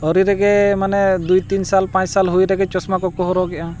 ᱟᱹᱣᱨᱤ ᱨᱮᱜᱮ ᱢᱟᱱᱮ ᱫᱩᱭ ᱛᱤᱱ ᱥᱟᱞ ᱯᱟᱸᱪ ᱥᱟᱞ ᱦᱩᱭ ᱨᱮᱜᱮ ᱪᱚᱥᱢᱟ ᱠᱚᱠᱚ ᱦᱚᱨᱚᱜᱮᱜᱼᱟ